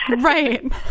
Right